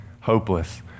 hopeless